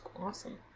awesome